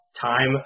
time